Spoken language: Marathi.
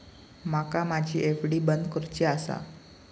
माका माझी एफ.डी बंद करुची आसा